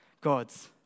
God's